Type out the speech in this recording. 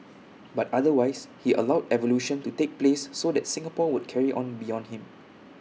but otherwise he allowed evolution to take place so that Singapore would carry on beyond him